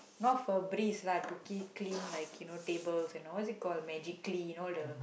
not Febreeze lah to keep it clean like you know tables and all what is it called Magic Clean all the